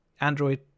Android